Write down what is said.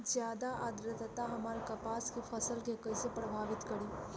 ज्यादा आद्रता हमार कपास के फसल कि कइसे प्रभावित करी?